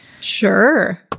sure